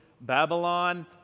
Babylon